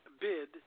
bid